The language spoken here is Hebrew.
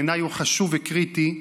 שבעיניי הוא חשוב וקריטי,